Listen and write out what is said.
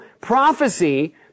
prophecy